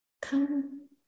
come